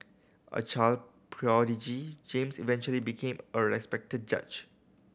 a child prodigy James eventually became a respected judge